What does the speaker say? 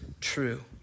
true